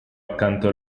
accanto